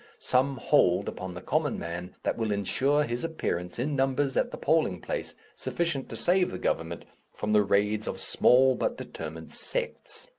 some hold upon the common man that will ensure his appearance in numbers at the polling place sufficient to save the government from the raids of small but determined sects.